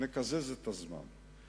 נקזז את הזמן.